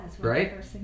Right